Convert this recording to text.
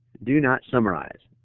do not summarize.